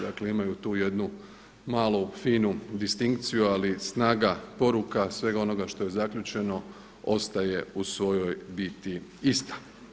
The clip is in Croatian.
Dakle, imaju tu jednu malu, finu distinkciju ali snaga poruka, svega onoga što je zaključeno ostaje u svojoj biti ista.